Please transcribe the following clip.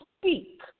speak